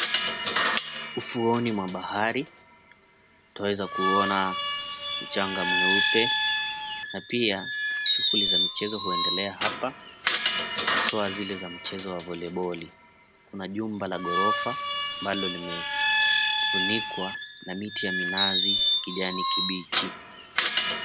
Ufuoni mwa bahari twaeza kuona mchanga mweupe na pia shughuli za michezo huendelea hapa haswa zile za mchezo wa voliboli kuna jumba la gorofa ambalo limefunikwa na miti ya minazi ya kijani kibichi.